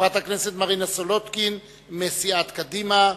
חברת הכנסת מרינה סולודקין מסיעת קדימה,